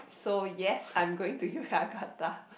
so yes I'm going to Yogyakarta